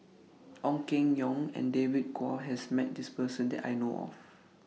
Ong Keng Yong and David Kwo has Met This Person that I know of